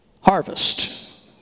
harvest